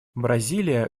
бразилия